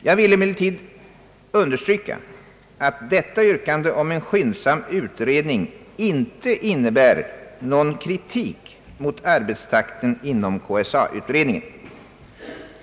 Jag vill emellertid understryka att detta yrkande om en skyndsam utredning inte innebär någon kritik mot arbetstakten inom =: KSA-utredningen.